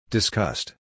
Discussed